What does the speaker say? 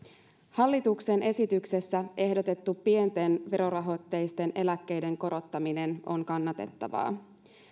hallituksen esityksessä ehdotettu pienten verorahoitteisten eläkkeiden korottaminen on kannatettavaa